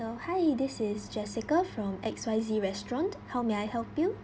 oh hi this is jessica from X_Y_Z restaurant how may I help you